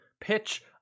pitch